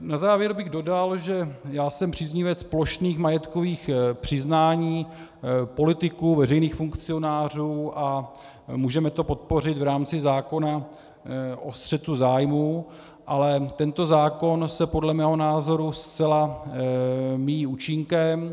Na závěr bych dodal, že jsem příznivec plošných majetkových přiznání politiků, veřejných funkcionářů a můžeme to podpořit v rámci zákona o střetu zájmů, ale tento zákon se podle mého názoru zcela míjí účinkem.